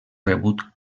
rebut